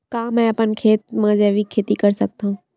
का मैं अपन खेत म जैविक खेती कर सकत हंव?